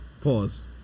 Pause